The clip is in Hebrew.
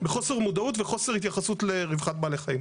בחוסר מודעות וחוסר התייחסות לרווחת בעלי חיים.